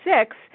six